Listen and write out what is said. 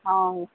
हँ हँ